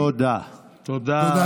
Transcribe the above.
תודה, תודה רבה.